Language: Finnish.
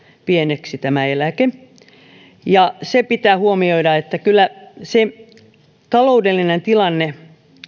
pieneksi ja se pitää huomioida että kyllä myös taloudellinen tilanne